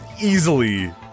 easily